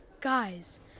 Guys